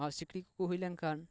ᱟᱨ ᱥᱤᱠᱲᱤᱡ ᱠᱚᱠᱚ ᱦᱩᱭ ᱞᱮᱱ ᱠᱷᱟᱱ